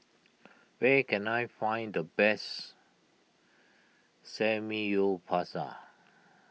where can I find the best Samgyeopsal